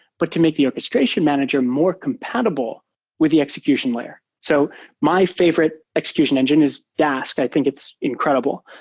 but to make the orchestration manager more compatible with the execution layer. so my favorite execution engine is dask. i think it's incredible.